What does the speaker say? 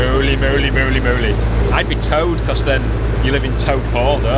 ah moley moley moley moley i'd be toad because then you live in toad hall